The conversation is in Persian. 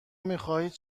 میخواهید